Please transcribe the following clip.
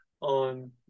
on